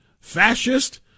fascist